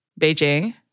Beijing